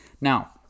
Now